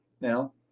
now